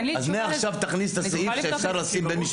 אז מעכשיו תכניס את הסעיף שאפשר לשים בן משפחה